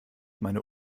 meine